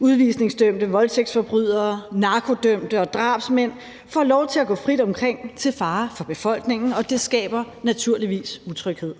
Udvisningsdømte voldtægtsforbrydere, narkodømte og drabsmænd får lov til at gå frit omkring til fare for befolkningen, og det skaber naturligvis utryghed.